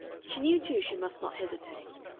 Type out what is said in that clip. she knew, too, she must not hesitate.